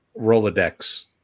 Rolodex